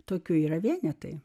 tokių yra vienetai